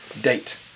date